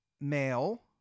male